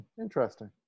interesting